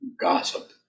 gossip